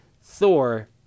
Thor